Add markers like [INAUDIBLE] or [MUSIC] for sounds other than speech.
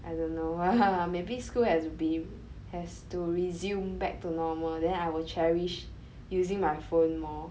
I don't know [LAUGHS] maybe school has been has to resume back to normal then I will cherish using my phone more